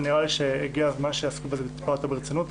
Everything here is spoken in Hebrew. ונראה לי שהגיע הזמן שיעסקו בזה טיפה יותר ברצינות.